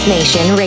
Nation